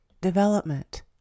development